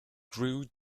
grew